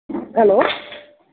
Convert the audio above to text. hello